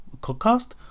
podcast